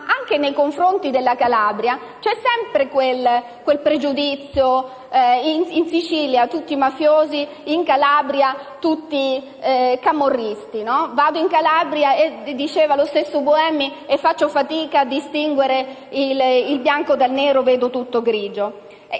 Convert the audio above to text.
ma anche nei confronti della Calabria c'è sempre quel pregiudizio: in Sicilia tutti mafiosi, in Calabria pure. Vado in Calabria, diceva lo stesso senatore Buemi, e faccio fatica a distinguere il bianco dal nero e vedo tutto grigio.